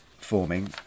forming